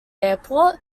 airport